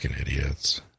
idiots